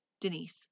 Denise